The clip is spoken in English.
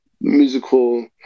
musical